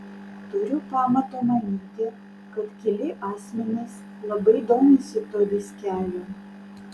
turiu pamato manyti kad keli asmenys labai domisi tuo diskeliu